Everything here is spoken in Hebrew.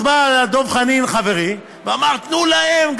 אז בא דב חנין חברי ואמר: תנו להם.